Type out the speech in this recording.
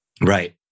Right